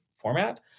format